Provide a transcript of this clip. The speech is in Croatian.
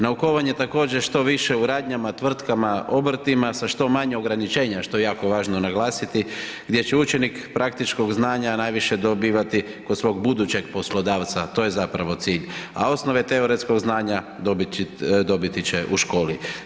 Naukovanje također što više u radnjama, tvrtkama, obrtima za što manje ograničenja, što je jako važno naglasiti, gdje će učenik praktičkog znanja najviše dobivati kod svog budućeg poslodavca a to je zapravo cilj a osnove teoretskog znanja dobiti će u školi.